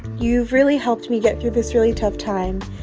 you've really helped me get through this really tough time.